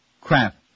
crap